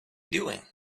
doing